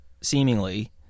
seemingly